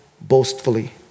boastfully